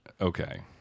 Okay